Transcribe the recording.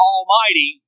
Almighty